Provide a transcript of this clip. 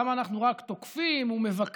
למה אנחנו רק תוקפים ומבקרים?